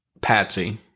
Patsy